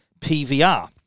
PVR